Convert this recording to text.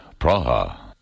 Praha